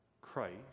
Christ